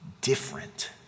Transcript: different